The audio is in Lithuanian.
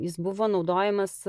jis buvo naudojamas